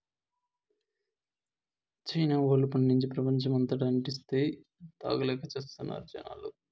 China వోల్లు పండించి, ప్రపంచమంతటా అంటిస్తే, తాగలేక చస్తున్నారు జనాలు